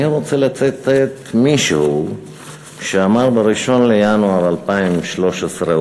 אני רוצה לצטט מישהו שאמר ב-1 בינואר 2013,